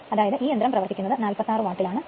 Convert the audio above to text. അതായത് ആ യന്ത്രം പ്രവർത്തിക്കുന്നത് 46 വാട്ടിൽ ആണ്